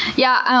yeah.